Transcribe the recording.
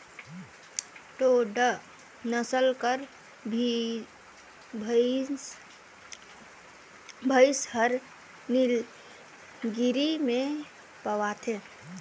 टोडा नसल कर भंइस हर नीलगिरी में पवाथे